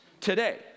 today